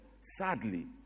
sadly